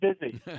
busy